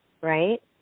right